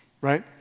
right